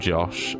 Josh